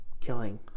killing